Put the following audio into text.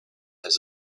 has